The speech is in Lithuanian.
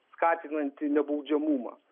skatinanti nebaudžiamumą